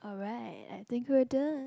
alright I think couldn't